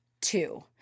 two